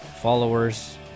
followers